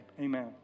amen